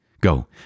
Go